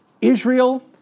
Israel